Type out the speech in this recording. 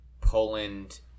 Poland